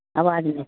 आवाज नहि